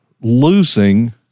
losing